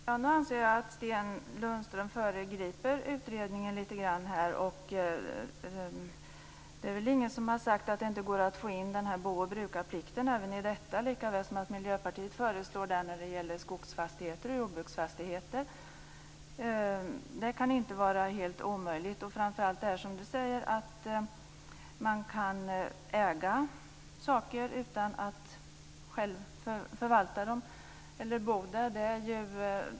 Fru talman! Jag anser att Sten Lundström föregriper utredningen lite grann. Det är väl ingen som har sagt att det inte går att få in bo och brukarplikten i det här sammanhanget lika väl som att Miljöpartiet föreslår en sådan när det gäller skogs och jordbruksfastigheter. Det kan inte vara helt omöjligt. Sten Lundström säger att man kan äga en lägenhet utan att själv bo där.